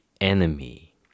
enemy